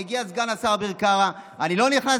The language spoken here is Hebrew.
ומגיע סגן השר אביר קארה: אני לא נכנס